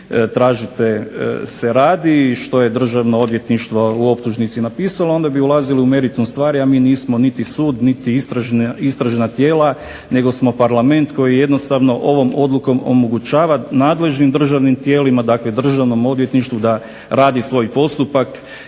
tražite se radi i što je Državno odvjetništvo u optužnici napisalo onda bi ulazili u meritum stvari, a mi nismo niti sud niti istražna tijela nego smo Parlament koji jednostavno ovom odlukom omogućava nadležnim državnim tijelima, dakle Državnom odvjetništvu, da radi svoj postupak